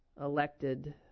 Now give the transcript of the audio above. elected